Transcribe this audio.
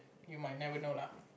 you might never know lah